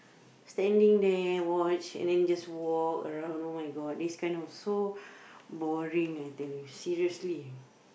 standing there watch and then just walk around oh-my-god this kind of so boring I tell you seriously